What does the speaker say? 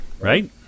right